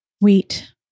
Wheat